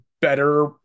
better